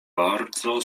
bardzo